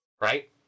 Right